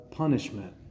punishment